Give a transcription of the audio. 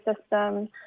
system